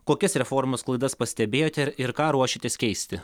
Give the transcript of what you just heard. kokias reformos klaidas pastebėjote ir ką ruošiatės keisti